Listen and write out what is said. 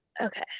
Okay